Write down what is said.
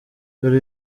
dore